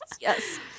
Yes